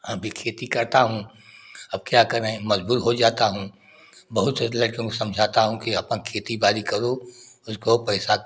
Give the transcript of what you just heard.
अभी खेती करता हूँ अब क्या करें मजबूर हो जाता हूँ बहुत लड़कों को समझाता हूँ कि अपन खेती बाड़ी करो उसको पैसा